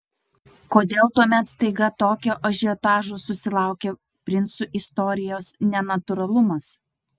kodėl tuomet staiga tokio ažiotažo susilaukė princų istorijos nenatūralumas